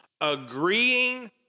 agreeing